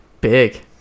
big